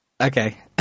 Okay